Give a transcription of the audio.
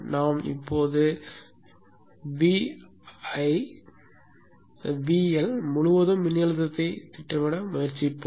நாம் இப்போது VL முழுவதும் மின்னழுத்தத்தைத் திட்டமிட முயற்சிப்போம்